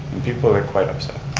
and people are quite upset.